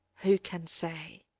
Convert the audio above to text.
who can say?